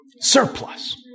Surplus